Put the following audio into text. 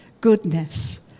goodness